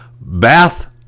Bath